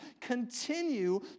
continue